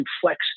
flex